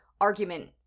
argument